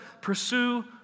Pursue